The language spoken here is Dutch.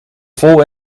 vol